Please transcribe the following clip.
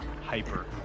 hyper